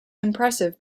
impressive